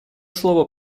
слово